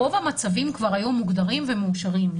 רוב המצבים כבר היום מוגדרים ומאושרים,